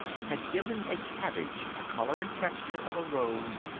had given a cabbage the color and texture of a rose,